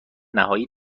نهایی